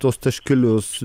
tuos taškelius